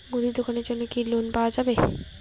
মুদি দোকানের জন্যে কি লোন পাওয়া যাবে?